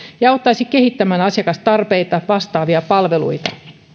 ja auttaisi kehittämään asiakastarpeita vastaavia palveluita